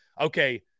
okay